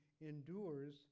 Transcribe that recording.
endures